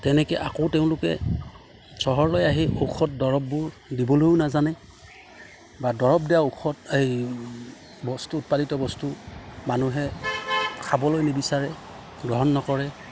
তেনেকৈ আকৌ তেওঁলোকে চহৰলৈ আহি ঔষধ দৰৱবোৰ দিবলৈও নাজানে বা দৰৱ দিয়া ঔষধ এই বস্তু উৎপাদিত বস্তু মানুহে খাবলৈ নিবিচাৰে গ্ৰহণ নকৰে